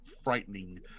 frightening